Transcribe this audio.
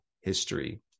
history